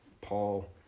Paul